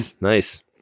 Nice